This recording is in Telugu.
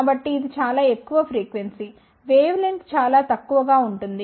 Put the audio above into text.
కాబట్టి ఇది చాలా ఎక్కువ ఫ్రీక్వెన్సీ వేవ్ లెంగ్త్ చాలా తక్కువగా ఉంటుంది